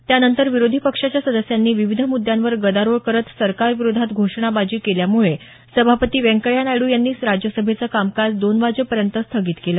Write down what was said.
त्यानंतर विरोधी पक्षाच्या सदस्यांनी विविध मुद्यांवर गदारोळ करत सरकारविरोधात घोषणाबाजी केल्यामुळे सभापती व्यंकय्या नायड्र यांनी राज्यसभेचं कामकाज दोन वाजेपर्यंत स्थगित केलं